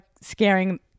scaring